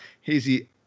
hazy